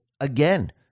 again